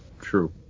True